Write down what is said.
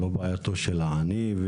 לא בעייתו של העני.